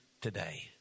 today